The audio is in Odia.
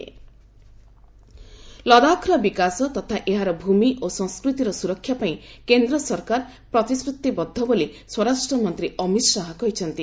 ଅମିତ ଶାହା ଲଦାଖର ବିକାଶ ତଥା ଏହାର ଭୂମି ଓ ସଂସ୍କୃତିର ସୁରକ୍ଷା ପାଇଁ କେନ୍ଦ୍ର ସରକାର ପ୍ରତିଶ୍ରତିବଦ୍ଧ ବୋଲି ସ୍ୱରାଷ୍ଟ୍ରମନ୍ତ୍ରୀ ଅମିତ ଶାହା କହିଛନ୍ତି